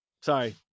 Sorry